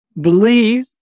believe